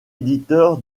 éditeur